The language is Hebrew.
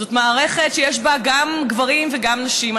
זאת מערכת שיש בה גם גברים וגם נשים.